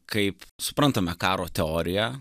kaip suprantame karo teoriją